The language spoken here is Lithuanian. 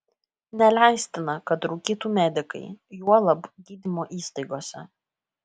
neleistina kad rūkytų medikai juolab gydymo įstaigose